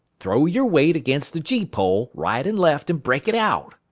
throw your weight against the gee-pole, right and left, and break it out.